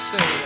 Say